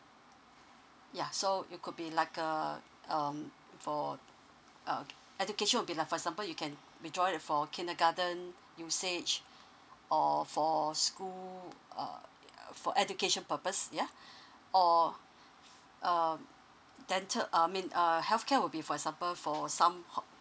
ya so it could be like a um for uh education will be like for example you can redraw it for kindergarten usage or for school err for education purpose ya or um dental err mean err healthcare will be for example for some